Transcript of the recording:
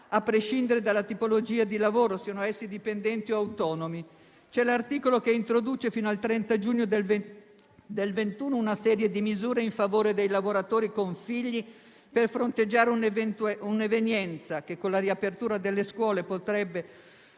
a prescindere dalla tipologia di lavoro, siano essi dipendenti o autonomi. Ricordo l'introduzione, fino al 30 giugno del 2021, di una serie di misure in favore dei lavoratori con figli per fronteggiare l'evenienza, che con la riapertura delle scuole potrebbe